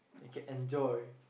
can enjoy